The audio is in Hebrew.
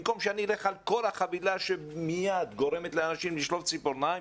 במקום שאני אלך על כל החבילה שמייד גורמת לאנשים לשלוף ציפורניים,